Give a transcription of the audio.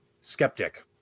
skeptic